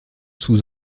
sous